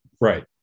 right